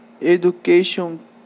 Education